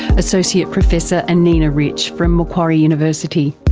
associate professor anina rich, from macquarie university.